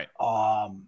Right